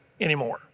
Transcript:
anymore